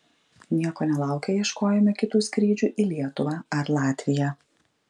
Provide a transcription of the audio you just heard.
nieko nelaukę ieškojome kitų skrydžių į lietuvą ar latviją